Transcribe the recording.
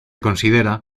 considera